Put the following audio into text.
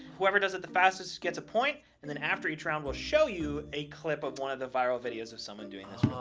whoever does it the fastest gets a point. and then after each round, we'll show you a clip of one of the viral videos of someone doing this.